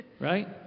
right